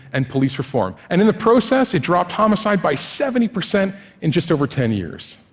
and police reform, and in the process, it dropped homicide by seventy percent in just over ten years.